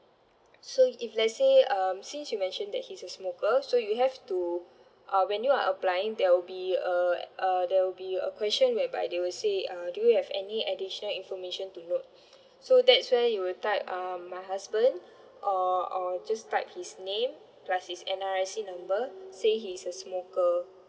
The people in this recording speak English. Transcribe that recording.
so if let's say um since you mentioned that he's a smoker so you have to uh when you are applying there will be uh uh there will be a question whereby they will say uh do you have any additional information to note so that's where you will type um my husband or or just type his name plus his N_R_I_C number saying he's a smoker